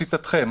לשיטתכם.